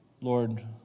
Lord